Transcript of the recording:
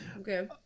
okay